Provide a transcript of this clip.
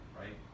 right